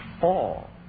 fall